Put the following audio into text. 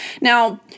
Now